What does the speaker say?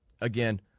again